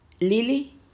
Lily